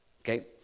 Okay